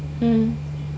mm